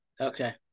Okay